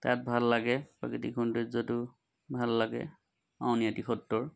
তাত ভাল লাগে প্ৰাকৃতিক সৌন্দৰ্যটো ভাল লাগে আউনীআটী সত্ৰৰ